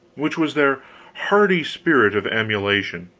which was their hardy spirit of emulation.